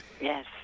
yes